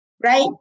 right